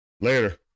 later